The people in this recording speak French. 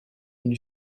une